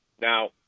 Now